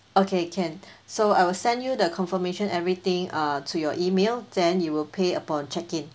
okay can so I will send you the confirmation everything uh to your email then you will pay upon check in